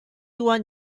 one